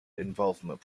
involvement